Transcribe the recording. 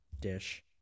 dish